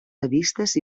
revistes